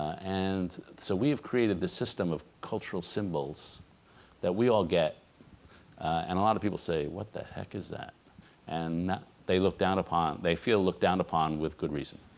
and so we have created the system of cultural symbols that we all get and a lot of people say what the heck is that and they look down upon they feel look down upon with good reason